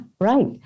Right